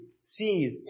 sees